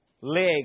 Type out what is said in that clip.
leg